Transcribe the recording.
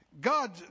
God